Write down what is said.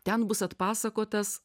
ten bus atpasakotas